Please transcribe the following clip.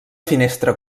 finestra